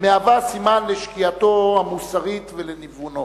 מהווה סימן לשקיעתו המוסרית ולניוונו.